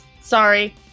Sorry